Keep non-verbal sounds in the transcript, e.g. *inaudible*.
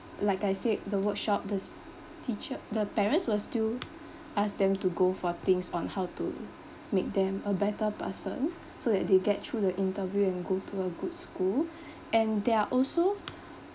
like I said the workshop thes~ teacher the parents will still ask them to go for things on how to make them a better person so that they get through the interview and go to a good school *breath* and there are also